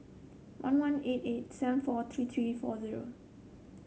one one eight eight seven four three three four zero